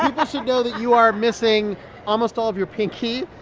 um ah should know that you are missing almost all of your pinky.